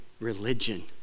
religion